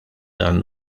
dan